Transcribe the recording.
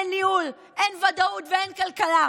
אין ניהול, אין ודאות ואין כלכלה.